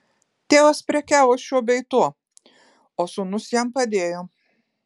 tėvas prekiavo šiuo bei tuo o sūnus jam padėjo